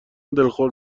دلخور